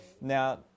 Now